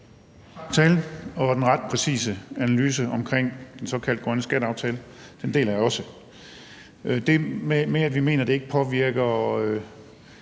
og den ret præcise analyse omkring den såkaldte grønne skatteaftale – den deler jeg også. I forhold til det med, at vi mener, det ikke påvirker